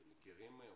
אתם מכירים אוכלוסיות